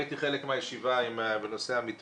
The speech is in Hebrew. הייתי חלק מהישיבה בנושא המתווה.